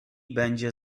będzie